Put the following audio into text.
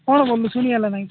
କ'ଣ ବୋଲୁଛୁ ଶୁଣି ହେଲା ନାଇଁ